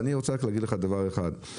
אני רק רוצה להגיד לך דבר אחד,